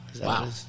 Wow